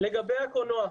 לגבי הקולנוע.